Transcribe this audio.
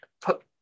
put